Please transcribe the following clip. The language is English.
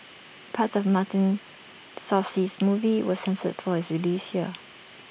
parts of Martin Scorsese's movie was censored for its release here